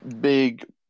big